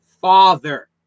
Father